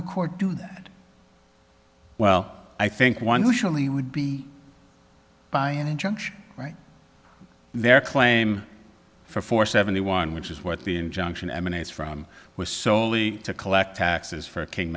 the court do that well i think one who surely would be by an injunction write their claim for for seventy one which is what the injunction emanates from was solely to collect taxes for king